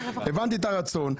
הבנתי את הרצון.